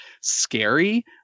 scary